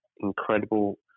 incredible